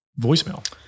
voicemail